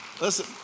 Listen